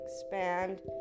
expand